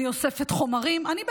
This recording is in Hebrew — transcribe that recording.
אני אוספת חומרים, אני בעצמי,